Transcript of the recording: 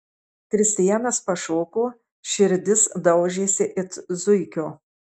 kristijanas pašoko širdis daužėsi it zuikio